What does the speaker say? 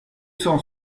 cent